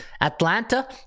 atlanta